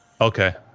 okay